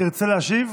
תרצה להשיב?